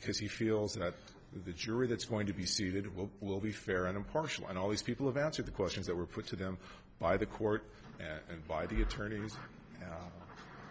because he feels that the jury that's going to be seated well will be fair and impartial and all these people have answered the questions that were put to them by the court and by the attorneys